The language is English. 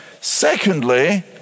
Secondly